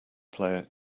player